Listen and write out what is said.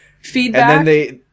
Feedback